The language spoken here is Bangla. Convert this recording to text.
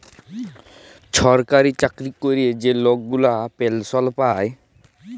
ছরকারি চাকরি ক্যরে যে লক গুলা পেলসল পায়